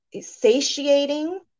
satiating